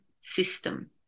system